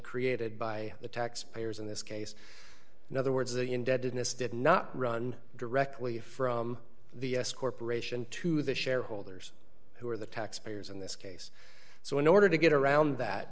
created by the taxpayers in this case in other words the indebtedness did not run directly from the s corporation to the shareholders who are the taxpayers in this case so in order to get around that